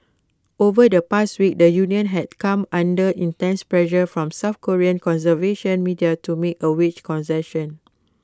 over the past week the union has come under intense pressure from south Korean conservative media to make A wage concessions